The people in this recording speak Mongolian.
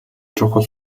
чухал